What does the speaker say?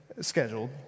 scheduled